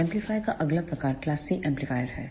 amplifier का अगला प्रकार क्लास C एम्पलीफायर है